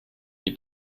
die